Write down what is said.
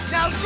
Now